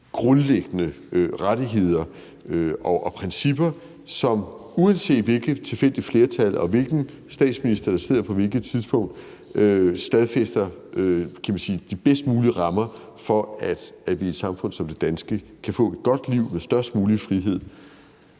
grundlæggende rettigheder og principper, som, uanset hvilket tilfældigt flertal der er, og hvilken statsminister der sidder på hvilket tidspunkt, stadfæster, kan man sige, de bedst mulige rammer for, at vi i et samfund som det danske kan få et godt liv med størst mulig frihed.